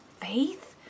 faith